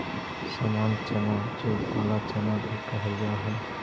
सामान्य चना जो काला चना भी कहल जा हई